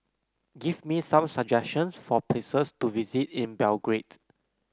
give me some suggestions for places to visit in Belgrade